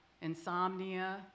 insomnia